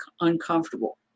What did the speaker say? uncomfortable